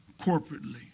corporately